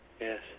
Yes